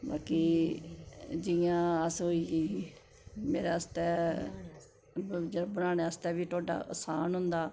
बाकी जि'यां अस होई गै मेरे आस्तै चलो बनाने आस्तै बी टोडा असान होंदा